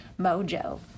mojo